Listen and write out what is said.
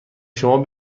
شما